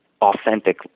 authentic